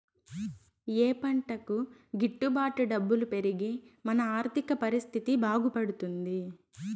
ఏ పంటకు గిట్టు బాటు డబ్బులు పెరిగి మన ఆర్థిక పరిస్థితి బాగుపడుతుంది?